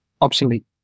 obsolete